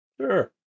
Sure